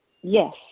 Yes